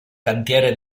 cantiere